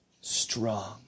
strong